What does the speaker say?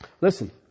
Listen